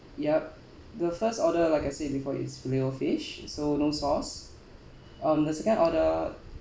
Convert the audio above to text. yup the first order like I said before is fillet O fish so no sauce um the second order